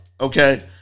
Okay